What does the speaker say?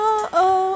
Oh-oh